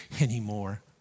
anymore